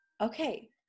okay